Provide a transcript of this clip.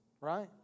right